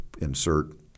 insert